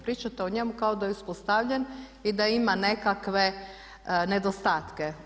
Pričate o njemu kao da je uspostavljen i da ima nekakve nedostatke.